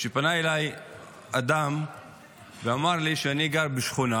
פנה אליי אדם ואמר לי: אני גר בשכונה